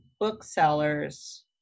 booksellers